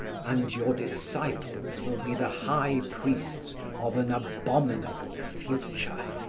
and your disciples will be the high-priests of an abominable future!